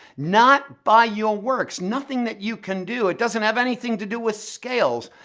not by your works. nothing that you can do. it doesn't have anything to do with scales.